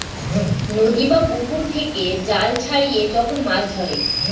নদী বা পুকুর থেকে জাল ছড়িয়ে যখন মাছ ধরে